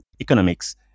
economics